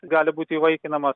gali būti įvaikinamas